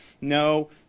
no